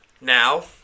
now